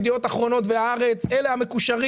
ידיעות אחרונות והארץ אלה המקושרים